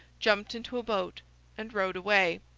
jumped into a boat and rowed away.